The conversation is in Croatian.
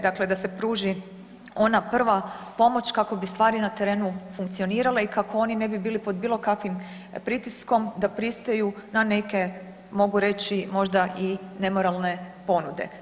Dakle, da se pruži ona prva pomoć kako bi stvari na terenu funkcionirale i kako oni ne bi bili pod bilo kakvim pritiskom da pristaju na neke mogu reći možda i nemoralne ponude.